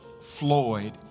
Floyd